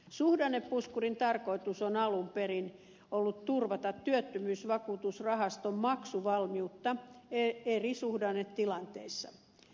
suhdannepuskurin tarkoitus on alun perin ollut turvata työttömyysvakuutusrahaston maksuvalmiutta eri suhdannetilanteissa